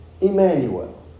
Emmanuel